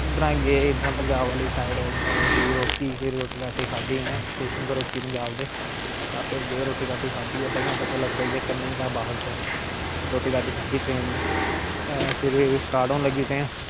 इद्धरा गे पंजाब आहली साइड रुकी फिर रोटी राटी खाद्धी इनें स्टेशन उप्पर रुकी इनें पंजाब दे ढाबे उप्पर गे रोटी हा उत्थे रोटी राटी खाद्धी ट्रेन फिर स्टार् न लगी ते